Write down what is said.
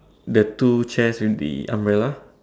the two chairs with the umbrella